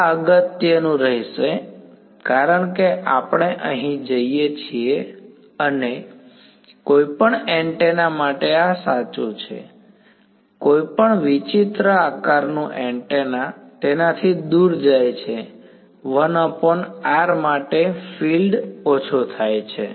આ અગત્યનું રહેશે કારણ કે આપણે અહીં જઈએ છીએ અને કોઈપણ એન્ટેના માટે આ સાચું છે કોઈપણ વિચિત્ર આકારનું એન્ટેના તેનાથી દૂર જાય છે 1r માટે ફિલ્ડ ઓછું થાય છે